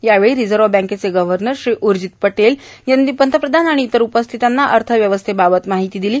यावेळी रिजव्ह बँकेचे गव्हर्नर श्री उर्जित पटेल यांनी पंतप्रधान आणि इतर उपस्थितांना अर्थव्यवस्थेबाबत माहिती दिली